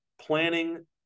planning